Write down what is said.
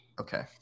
Okay